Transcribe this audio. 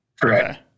correct